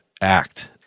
act